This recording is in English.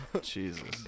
Jesus